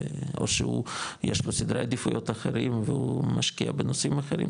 או שהוא יש לו סדרי עדיפויות אחרים והוא משקיע בנושאים אחרים,